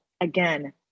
again